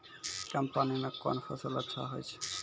कम पानी म कोन फसल अच्छाहोय छै?